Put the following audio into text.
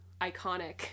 iconic